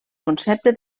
concepte